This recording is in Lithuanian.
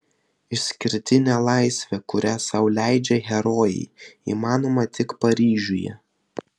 išskirtinė laisvė kurią sau leidžia herojai įmanoma tik paryžiuje